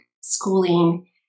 schooling